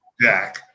Jack